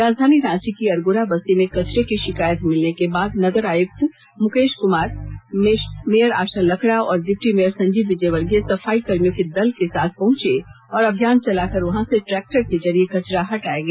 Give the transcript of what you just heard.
राजधानी रांची की अरगोड़ा बस्ती में कचरे की शिकायत मिलने के बाद नगर आयुक्त मुकेश कुमार मेयर आशा लकड़ा और डिप्टी मेयर संजीव विजयवर्गीय सफाई कर्मियों के दल के साथ पहुंचे और अभियान चला कर वहां से ट्रैक्टर के जरिए कचरा हटाया गया